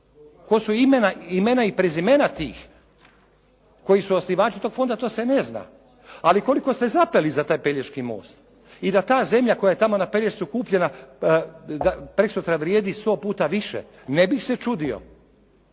Tko su imena i prezimena tih koji su osnivači tog fonda, to se ne zna. Ali koliko ste zapeli za taj Pelješki most i da ta zemlja koja je tamo na Pelješcu kupljena da prekosutra vrijedi 100 puta više. Ne bih se čudio